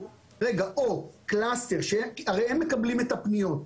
הרי הם מקבלים את הפניות.